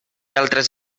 altres